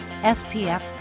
SPF